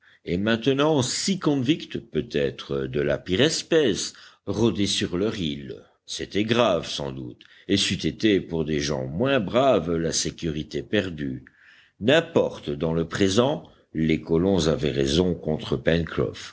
et maintenant six convicts peut-être de la pire espèce rôdaient sur leur île c'était grave sans doute et c'eût été pour des gens moins braves la sécurité perdue n'importe dans le présent les colons avaient raison